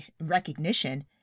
recognition